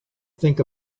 think